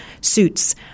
suits